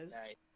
right